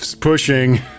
Pushing